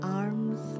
arms